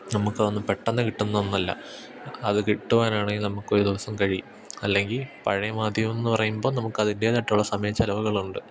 നമ്മുക്കതൊന്നും പെട്ടെന്ന് കിട്ടുന്ന ഒന്നല്ല അത് കിട്ടുവാനാണേല് നമുക്കൊരു ദിവസം കഴിയും അല്ലെങ്കില് പഴയ മാധ്യമമെന്മനു പറയുമ്പോള് നമ്മുക്കതിൻറ്റേതായിട്ടുള്ള സമയച്ചെലവുകളുണ്ട്